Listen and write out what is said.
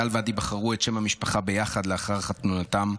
טל ועדי בחרו את שם המשפחה ביחד לאחר חתונתם.